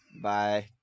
bye